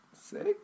Six